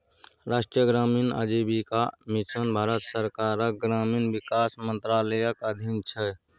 राष्ट्रीय ग्रामीण आजीविका मिशन भारत सरकारक ग्रामीण विकास मंत्रालयक अधीन छै